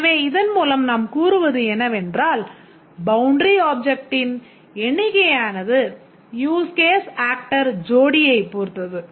எனவே இதன் மூலம் நாம் கூறுவது என்னவென்றால் பவுண்டரி ஆப்ஜெக்ட்டின் எண்ணிக்கையானது யூஸ் கேஸ் ஆக்டர் ஜோடியைப் பொருத்தது